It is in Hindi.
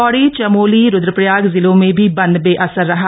पौड़ी चमोली रुद्रप्रयाग जिलों में भी बंद बेअसर रहा